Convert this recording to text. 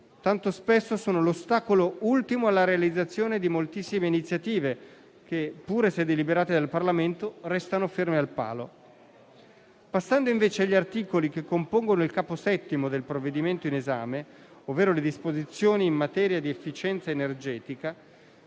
tanto spesso sono l'ostacolo ultimo alla realizzazione di moltissime iniziative, che, pure se deliberate dal Parlamento, restano ferme al palo. Passando invece agli articoli che compongono il capo VII del provvedimento in esame, ovvero le disposizioni in materia di efficienza energetica,